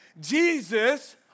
Jesus